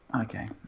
Okay